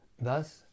Thus